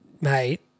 mate